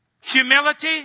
humility